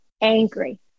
angry